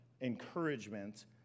encouragement